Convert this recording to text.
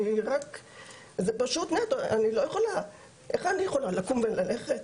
אני פשוט לא יכולה לקום וללכת.